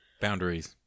boundaries